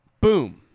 Boom